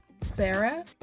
Sarah